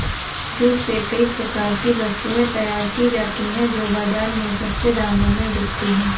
jute से कई प्रकार की वस्तुएं तैयार की जाती हैं जो बाजार में सस्ते दामों में बिकती है